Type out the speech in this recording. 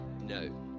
No